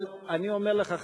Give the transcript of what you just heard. אבל אני אומר לך,